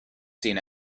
seen